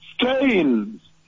stains